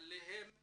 שעליהם מתלוננים,